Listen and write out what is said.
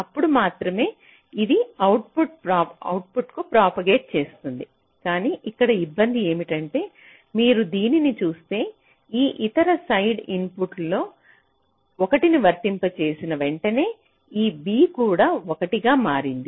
అప్పుడు మాత్రమే ఇది అవుట్పుట్కు ప్రాపగేట్ చేస్తుంది కానీ ఇక్కడ ఇబ్బంది ఏమిటంటే మీరు దీనిని చూస్తే ఈ ఇతర సైడ్ ఇన్పుట్లో 1 ని వర్తింపజేసిన వెంటనే ఈ b కూడా 1 గా మారింది